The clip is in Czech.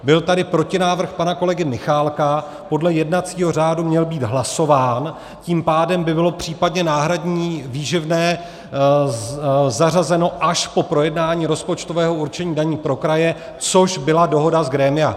Byl tady protinávrh pana kolegy Michálka, podle jednacího řádu měl být hlasován, tím pádem by bylo případně náhradní výživné zařazeno až po projednání rozpočtového určení daní pro kraje, což byla dohoda z grémia.